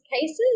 cases